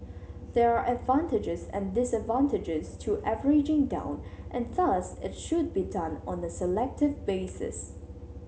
there are advantages and disadvantages to averaging down and thus it should be done on a selective basis